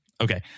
Okay